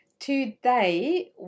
Today